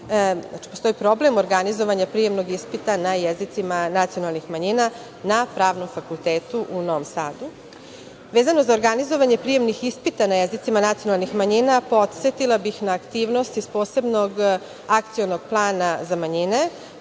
postoji problem organizovanja prijemnog ispita na jezicima nacionalnih manjina na Pravnom fakultetu u Novom Sadu. Vezano za organizovanje prijemnih ispita na jezicima nacionalnih manjina, podsetila bih na aktivnosti iz posebnog akcionog plana za manjine,